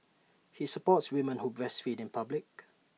he supports women who breastfeed in public